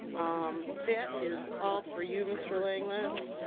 um, that is all for you, mr ling lists.